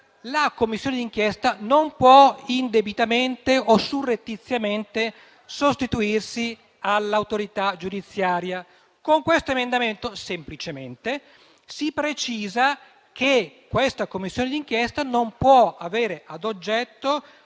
la Commissione d'inchiesta non può indebitamente o surrettiziamente sostituirsi all'autorità giudiziaria. Con l'emendamento in esame, semplicemente, si precisa che questa Commissione d'inchiesta non può avere a oggetto